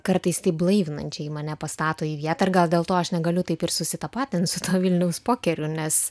kartais taip blaivinančiai mane pastato į vietą ir gal dėl to aš negaliu taip ir susitapatint su vilniaus pokeriu nes